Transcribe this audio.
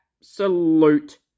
absolute